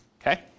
Okay